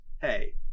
hey